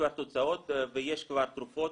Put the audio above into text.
כבר תוצאות ויש כבר תרופות